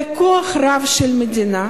שהשתמשה בכוח הרב של המדינה.